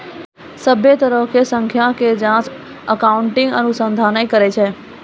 सभ्भे तरहो के संस्था के जांच अकाउन्टिंग अनुसंधाने करै छै